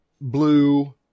blue